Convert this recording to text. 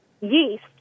yeast